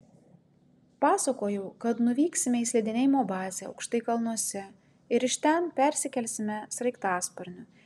pasakojau kad nuvyksime į slidinėjimo bazę aukštai kalnuose ir iš ten persikelsime sraigtasparniu